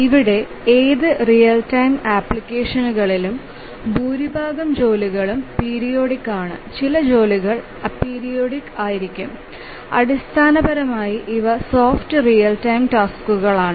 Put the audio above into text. ഇവിടെ ഏത് real time ആപ്ലിക്കേഷനിലും ഭൂരിഭാഗം ജോലികളും പീരിയോഡിക്മാണ് ചില ജോലികൾ അപീരിയോഡിക് ആയിരിക്കാം അടിസ്ഥാനപരമായി ഇവ സോഫ്റ്റ് റിയൽ ടൈം ടാസ്ക്കുകളാണ്